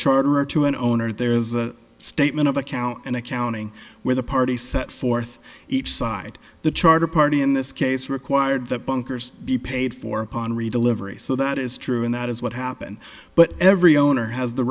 charter or to an owner there is a statement of account and accounting where the parties set forth each side the charter party in this case required that bunker's be paid for upon read the livery so that is true and that is what happened but every owner has the